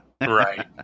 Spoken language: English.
Right